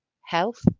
Health